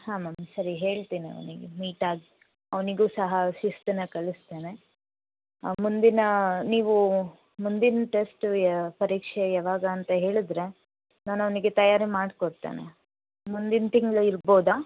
ಹಾಂ ಮ್ಯಾಮ್ ಸರಿ ಹೇಳ್ತೇನೆ ಅವನಿಗೆ ಮೀಟ್ ಆಗಿ ಅವನಿಗೂ ಸಹ ಶಿಸ್ತನ್ನು ಕಲಿಸ್ತೇನೆ ಮುಂದಿನ ನೀವು ಮುಂದಿನ ಟೆಸ್ಟ್ ಯ ಪರೀಕ್ಷೆ ಯಾವಾಗ ಅಂತ ಹೇಳಿದರೆ ನಾನು ಅವನಿಗೆ ತಯಾರಿ ಮಾಡ್ಕೊಡ್ತೇನೆ ಮುಂದಿನ ತಿಂಗಳು ಇರ್ಬೋದ